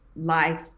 life